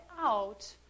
out